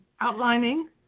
outlining